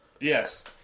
Yes